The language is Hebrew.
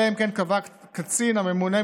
אלא אם כן קבע הקצין הממונה,